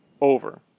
over